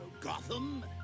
Gotham